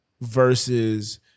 versus